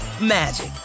magic